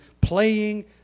playing